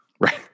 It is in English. Right